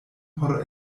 por